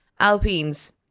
Alpine's